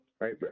right